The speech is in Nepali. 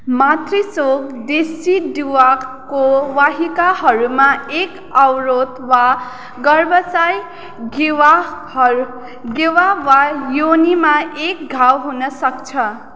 मातृ स्रोत डेसिडुआको वाहिकाहरूमा एक अवरोध वा गर्भाशय ग्रीवा ग्रीवा वा योनिमा एक घाव हुन सक्छ